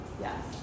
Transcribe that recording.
Yes